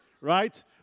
right